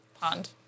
pond